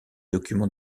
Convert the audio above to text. documents